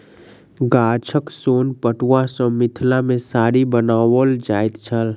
गाछक सोन पटुआ सॅ मिथिला मे साड़ी बनाओल जाइत छल